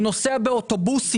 הוא נוסע באוטובוסים,